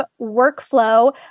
workflow